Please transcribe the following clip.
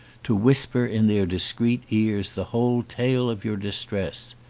to whisper in their discreet ears the whole tale of your distress.